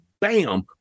bam